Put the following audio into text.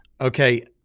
Okay